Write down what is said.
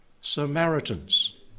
Samaritans